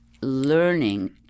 learning